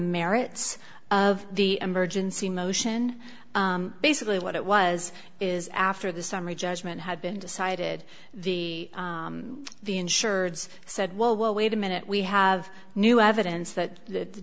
merits of the emergency motion basically what it was is after the summary judgment had been decided the the insureds said well well wait a minute we have new evidence that